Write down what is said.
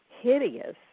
hideous